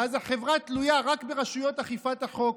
ואז החברה תלויה רק ברשויות אכיפת החוק,